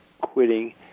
quitting